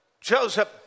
Joseph